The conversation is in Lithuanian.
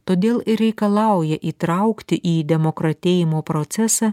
todėl ir reikalauja įtraukti į demokratėjimo procesą